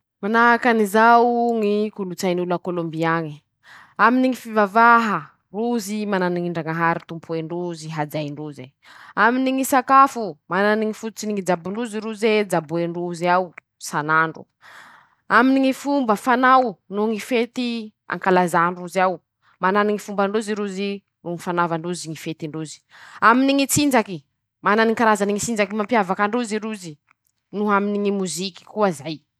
Manahaky anizao o ñy kolotsain'olo a kôlomby añy ,aminy ñy fivavaha: -Rozy manany ñy ndrañahary tompoen-drozy hajain-droze ;aminy ñy sakafo ,manany ñy fototsiny ñy jabon-drozy rozeee jaboen-drozy ao, sanandro; aminy ñy fomba fanao noho ñy fety ankalazàn-drozy ao ;manany ñy fomban-drozy rozy ro ñy fanavan-drozy ñy fetin-drozy ;aminy ñy tsinjaky ,manany ñy karazany ñy sinjaky mampiavaky androzy rozy noho aminy ñy moziky koa zay.